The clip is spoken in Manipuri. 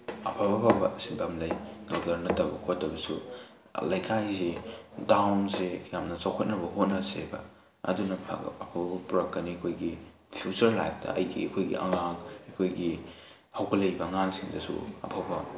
ꯑꯐ ꯑꯐꯕ ꯁꯤꯟꯐꯝ ꯂꯩ ꯗꯣꯛꯇꯔ ꯅꯠꯇꯕ ꯈꯣꯠꯇꯕꯁꯨ ꯂꯩꯀꯥꯏꯁꯤ ꯗꯥꯎꯟꯁꯤ ꯌꯥꯝꯅ ꯆꯥꯎꯈꯠꯅꯕ ꯍꯣꯠꯅꯁꯦꯕ ꯑꯗꯨꯅ ꯐꯕ ꯑꯐꯕ ꯄꯣꯔꯛꯀꯅꯤ ꯑꯩꯈꯣꯏꯒꯤ ꯐ꯭ꯌꯨꯆꯔ ꯂꯥꯏꯐꯇ ꯑꯩꯒꯤ ꯑꯩꯈꯣꯏꯒꯤ ꯑꯉꯥꯡ ꯑꯩꯈꯣꯏꯒꯤ ꯍꯧꯒꯠꯂꯛꯏꯕ ꯑꯉꯥꯡꯁꯤꯡꯗꯁꯨ ꯑꯐꯕ